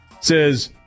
says